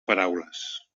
paraules